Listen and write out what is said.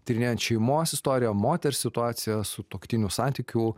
tyrinėjant šeimos istoriją moters situaciją sutuoktinių santykių